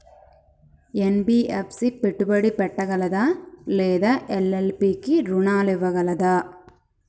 NBFC పెట్టుబడి పెట్టగలదా లేదా ఎల్.ఎల్.పి కి రుణాలు ఇవ్వగలదా?